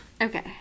Okay